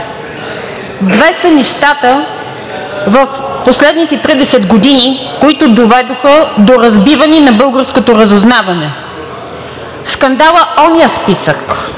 Две са нещата в последните 30 години, които доведоха до разбиване на българското разузнаване – скандалът „оня списък“,